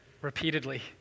repeatedly